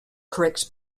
correct